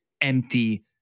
empty